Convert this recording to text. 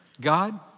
God